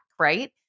Right